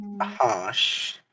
harsh